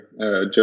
Joe